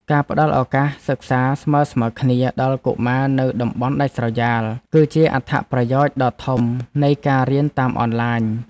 ការផ្តល់ឱកាសសិក្សាស្មើៗគ្នាដល់កុមារនៅតំបន់ដាច់ស្រយាល គឺជាអត្ថប្រយោជន៍ដ៏ធំនៃការរៀនតាមអនឡាញ។